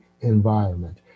environment